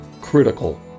critical